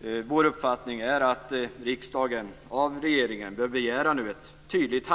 Kristdemokraternas uppfattning är att riksdagen av regeringen nu bör begära ett tydligt